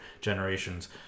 generations